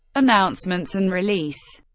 announcements and release